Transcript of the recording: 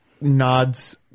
nods